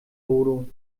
bodo